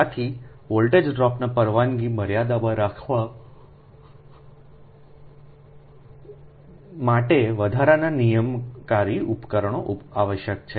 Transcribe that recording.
આથી વોલ્ટેજ ડ્રોપને પરવાનગી મર્યાદામાં રાખવા માટે વધારાના નિયમનકારી ઉપકરણો આવશ્યક છે